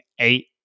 eight